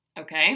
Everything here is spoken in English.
okay